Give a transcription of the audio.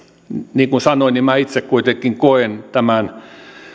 niin kuin sanoin minä itse kuitenkin koen tämän